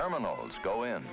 terminals go in